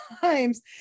times